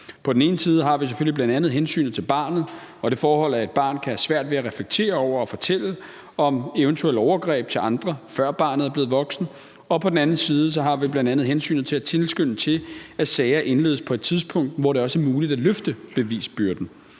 På den ene side har vi selvfølgelig bl.a. hensynet til barnet og det forhold, at et barn kan have svært ved at reflektere over og fortælle om eventuelle overgreb til andre, før barnet er blevet voksen, og på den anden side har vi bl.a. hensynet til at tilskynde til, at sager indledes på et tidspunkt, hvor det også er muligt at løfte bevisbyrden.